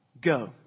go